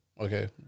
Okay